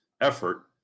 effort